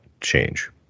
change